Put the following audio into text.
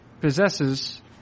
possesses